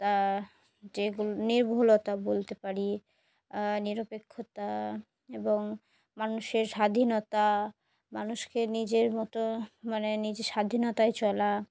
তা যেগুলো নির্ভুলতা বলতে পারি নিরপেক্ষতা এবং মানুষের স্বাধীনতা মানুষকে নিজের মতো মানে নিজের স্বাধীনতায় চলা